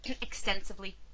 extensively